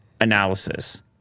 analysis